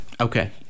okay